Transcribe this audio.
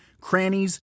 crannies